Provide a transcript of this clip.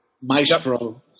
maestro